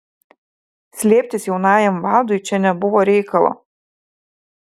slėptis jaunajam vadui čia nebuvo reikalo